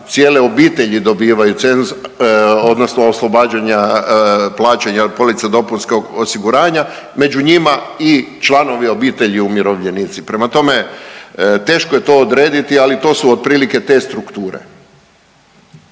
cijele obitelji dobivaju odnosno oslobađanja plaćanja police dopunskog osiguranja. Među njima i članovi obitelji umirovljenici. Prema tome, teško je to odrediti, ali to su otprilike te strukture.